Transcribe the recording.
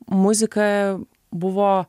muzika buvo